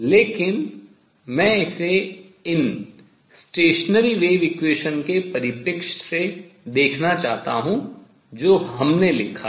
लेकिन मैं इसे इन अप्रगामी तरंग समीकरण के परिप्रेक्ष्य से देखना चाहता हूँ जो हमने लिखा है